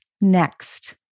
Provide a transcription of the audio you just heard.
next